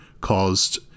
caused